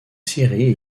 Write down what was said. séries